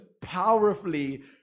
powerfully